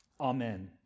amen